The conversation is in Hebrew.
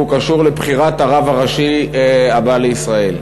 והוא קשור לבחירת הרב הראשי הבא לישראל.